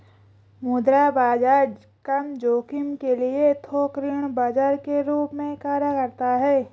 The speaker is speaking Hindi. मुद्रा बाजार कम जोखिम के लिए थोक ऋण बाजार के रूप में कार्य करता हैं